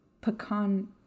pecan